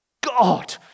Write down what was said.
God